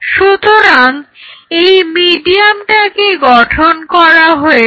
সুতরাং এই মিডিয়ামটাকে গঠন করা হয়েছে